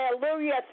Hallelujah